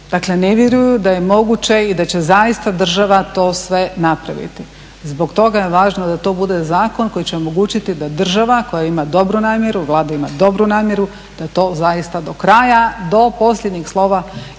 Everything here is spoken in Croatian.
Dakle ne vjeruju da je moguće i da će zaista država to sve napraviti. Zbog toga je važno da to bude zakon koji će omogućiti da država koja ima dobru namjeru, Vlada ima dobru namjeru da to zaista do kraja, do posljednjeg slova